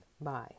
Bye